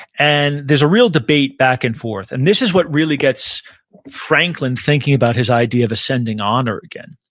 and there's a real debate back and forth, and this is what really gets franklin thinking about his idea of ascending honor again.